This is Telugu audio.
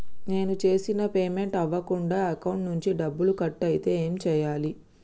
నేను చేసిన పేమెంట్ అవ్వకుండా అకౌంట్ నుంచి డబ్బులు కట్ అయితే ఏం చేయాలి?